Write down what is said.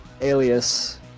alias